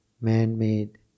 man-made